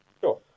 Sure